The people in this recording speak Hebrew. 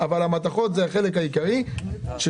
אבל החלק העיקרי זה המתכות,